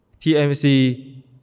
TMC